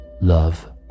love